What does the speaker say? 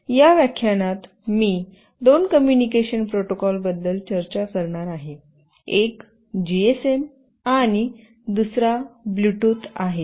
या व्याख्यानात मी दोन कम्युनिकेशन प्रोटोकॉल बद्दल चर्चा करणार आहे एक जीएसएम आणि दुसरा ब्लूटूथ आहे